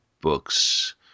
books